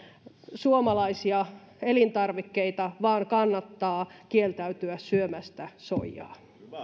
suomalaisia elintarvikkeita vaan kannattaa kieltäytyä syömästä soijaa